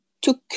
took